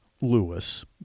Lewis